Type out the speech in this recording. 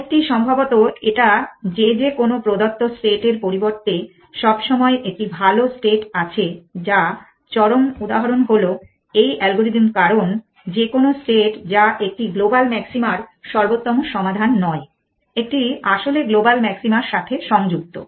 মোল্ডটি সম্ভবত এটা যে যে কোনো প্রদত্ত স্টেট এর পরিবর্তে সবসময় একটি ভাল স্টেট আছে যার চরম উদাহরণ হলো এই অ্যালগোরিদম কারণ যে কোনো স্টেট যা একটি গ্লোবাল ম্যাক্সিমার সর্বোত্তম সমাধান নয় একটি আসলে গ্লোবাল ম্যাক্সিমার সাথে সংযুক্ত